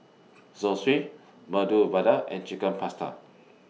Zosui Medu Vada and Chicken Pasta